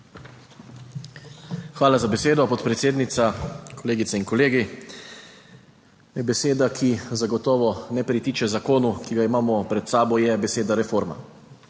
Hvala za besedo, podpredsednica. Kolegice in kolegi! Beseda, ki zagotovo ne pritiče zakonu, ki ga imamo pred sabo, je beseda reforma.